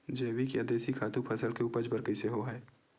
जैविक या देशी खातु फसल के उपज बर कइसे होहय?